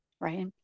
right